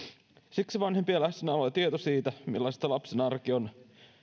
siksi vanhempien läsnäolo ja tieto siitä millaista lapsen arki on